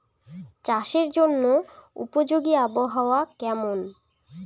চাষের জন্য উপযোগী আবহাওয়া কেমন?